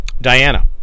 Diana